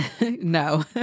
No